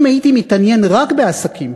אם הייתי מתעניין רק בעסקים,